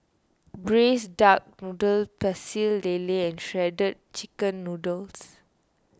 Braised Duck Noodle Pecel Lele and Shredded Chicken Noodles